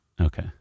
Okay